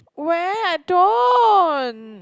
where I don't